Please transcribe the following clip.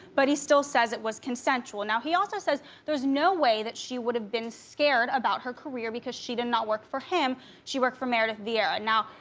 but he still says it was consensual. now, he also says there's no way that she would've been scared about her career because she did not work for him, she worked for meredith vieira. now,